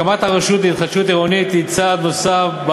הקמת הרשות להתחדשות עירונית היא צעד נוסף,